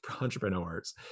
entrepreneurs